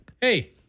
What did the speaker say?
Hey